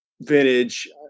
vintage